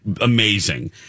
amazing